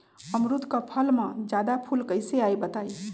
अमरुद क फल म जादा फूल कईसे आई बताई?